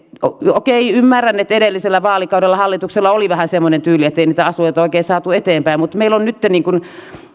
okei ymmärrän että edellisellä vaalikaudella hallituksella oli vähän semmoinen tyyli ettei niitä asioita oikein saatu eteenpäin mutta meillä on nytten